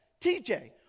TJ